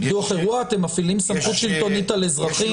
אתם מפעילים סמכות שלטונית על אזרחים.